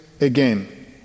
again